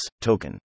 token